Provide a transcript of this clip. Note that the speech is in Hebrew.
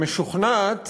שמשוכנעת